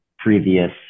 previous